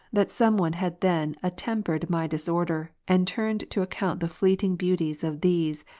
that some one had then attempered my disorder, and turned to account the fleeting beauties of these,